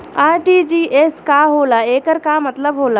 RTGS का होला एकर का मतलब होला?